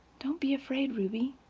don't be afraid, ruby.